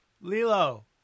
Lilo